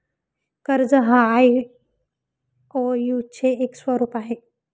कर्ज हा आई.ओ.यु चे एक स्वरूप आहे